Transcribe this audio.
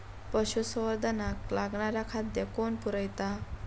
पशुसंवर्धनाक लागणारा खादय कोण पुरयता?